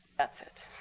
that's it.